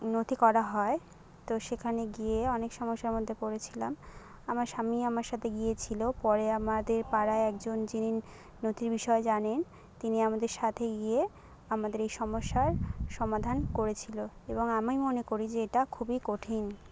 নথি করা হয় তো সেখানে গিয়ে অনেক সমস্যার মধ্যে পড়েছিলাম আমার স্বামী আমার সাথে গিয়েছিলো পরে আমাদের পাড়ায় একজন যিনি নথির বিষয়ে জানেন তিনি আমাদের সাথে গিয়ে আমাদের এই সমস্যার সমাধান করেছিলো এবং আমি মনে করি যে এটা খুবই কঠিন